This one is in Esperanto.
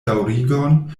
daŭrigon